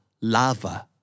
lava